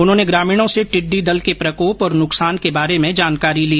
उन्होंने ग्रामीणों से टिड़डी दल के प्रकोप और नुकसान के बारे में जानकारी ली